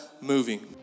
moving